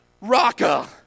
Raka